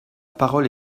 parole